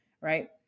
right